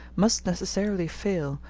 must necessarily fail,